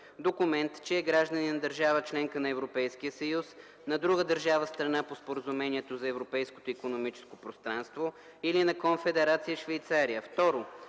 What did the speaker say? документ, че е гражданин на държава – членка на Европейския съюз, на друга държава – страна по Споразумението за Европейското икономическо пространство, или на Конфедерация Швейцария;